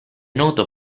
noto